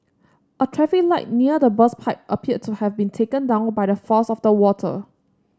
a traffic light near the burst pipe appeared to have been taken down by the force of the water